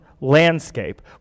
landscape